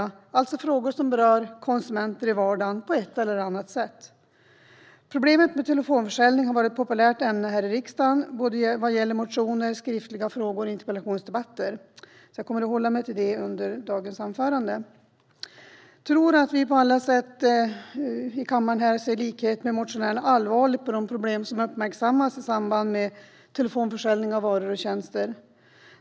Det handlar alltså om frågor som berör konsumenter i vardagen på ett eller annat sätt. Problemet med telefonförsäljning har varit ett populärt ämne här i riksdagen i såväl motioner som skriftliga frågor och interpellationsdebatter. Jag kommer att hålla mig till detta ämne under dagens anförande. Jag tror att vi alla här i kammaren i likhet med motionärerna ser allvarligt på de problem som uppmärksammats i samband med telefonförsäljning av varor och tjänster.